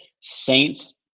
Saints